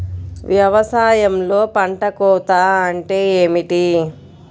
వ్యవసాయంలో పంట కోత అంటే ఏమిటి?